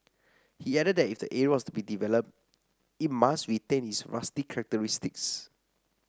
he added that if the area was to be developed it must retain its rustic characteristics